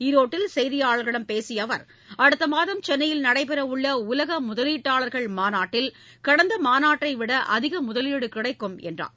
ஈரோட்டில் செய்தியாளர்களிடம் பேசிய அவர் அடுத்த மாதம் சென்னையில் நடைபெறவுள்ள உலக முதலீட்டாளர்கள் மாநாட்டில் கடந்த மாநாட்டை விட அதிக முதலீடு கிடைக்கும் என்றார்